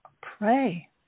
pray